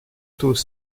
taux